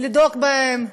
לדאוג להם,